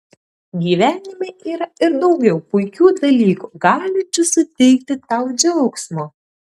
gyvenime yra ir daugiau puikių dalykų galinčių suteikti tau džiaugsmo